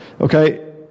Okay